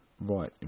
Right